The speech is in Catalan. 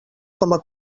coma